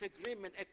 agreement